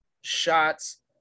shots